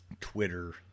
Twitter